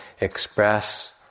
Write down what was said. express